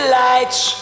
lights